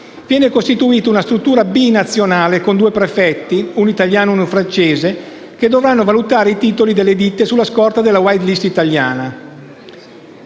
viene costituita una struttura binazionale con due prefetti (uno italiano ed uno francese) che dovranno valutare i titoli delle ditte sulla scorta della *white list* italiana.